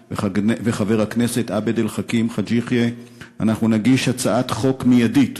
וחבר הכנסת עבד אל חכים חאג' יחיא נגיש הצעת חוק מיידית